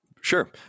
Sure